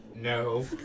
No